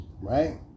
Right